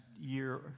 year